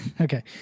okay